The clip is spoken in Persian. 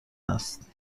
است